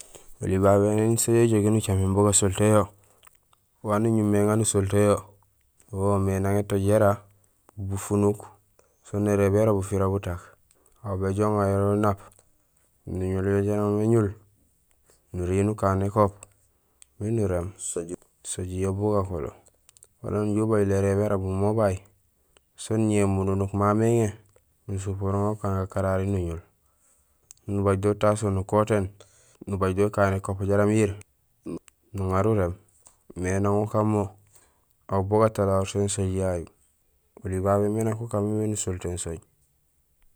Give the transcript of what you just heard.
Ēli babé nang sooj éjogi nucaméén bo gasontéén yo, waan uñumé éŋa nusontéén yowo woomé nang étooj yara bufunk, soon érééb yara bufira butak. Aw béjoow uŋayo unaap nuñul yo jaraam éñul, nuriin ukaan ékop miin uréém, soji yo bugakolo. Wala nujoow ubajul érééb yara bumobay soon ñéé mununuk maméŋé nusupoor mo ukaan gakarari nuñul, nubaaj do utaso, nukotéén, nubaaj do ukaan nékop jaraam yiir nuŋaar uréém. Mé nang ukan mo aw bugatalahoor sén sooj yayu. Oli babé mé nak ukaan mé miin usontéén sooj.